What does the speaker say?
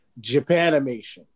japanimation